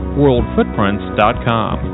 worldfootprints.com